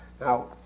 Now